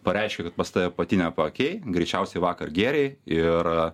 pareiškia kad pas tave patinę paakiai greičiausiai vakar gėrei ir